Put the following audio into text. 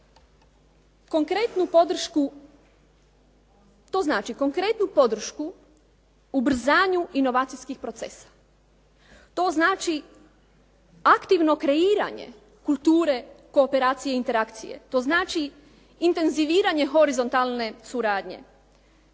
konkretnu podršku ubrzanju inovacijskih procesa. To znači aktivno kreiranje kulture kooperacije i interakcije. To znači intenziviranje horizontalne suradnje,